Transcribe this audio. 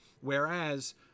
Whereas